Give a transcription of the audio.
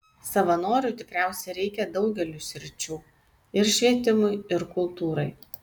savanorių tikriausiai reikia daugeliui sričių ir švietimui ir kultūrai